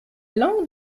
langue